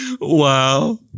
wow